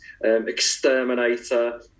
exterminator